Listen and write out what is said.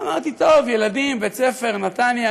אמרתי: טוב, ילדים, בית-ספר, נתניה.